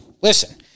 listen